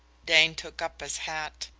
dane took up his hat.